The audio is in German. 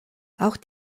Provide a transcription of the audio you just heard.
auch